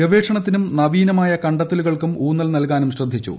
ഗവേഷണത്തിനും നവീനമായ കണ്ടെത്തലുകൾക്കും ഊന്നൽ നൽകാനും ശ്രദ്ധിച്ചു